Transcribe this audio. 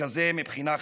שכזה מבחינה חברתית.